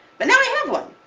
but now i have one!